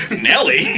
Nelly